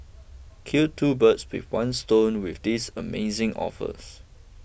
kill two birds with one stone with these amazing offers